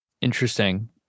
Interesting